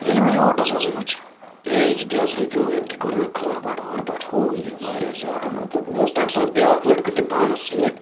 ییٚلہِ مےٚ یہِ آٹوَس منٛز وُچھ ہے یہِ تہِ حظ رُکیو أمۍ تہِ کٔر مےٚ کھٲر پاٹھ وٲر پَٹھ ہُہ یہِ وارِیاہ زیادٕ مطلب مےٚ اوس تَمہِ ساتہٕ بیٛاکھ لٔڑکہٕ تہِ پانَس سۭتۍ